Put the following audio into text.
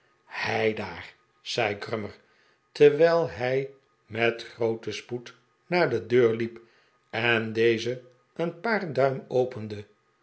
heidaar zei grummer terwijl hij met grooten spoed naar de deur hep en deze een paar duim opende